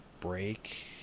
break